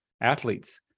athletes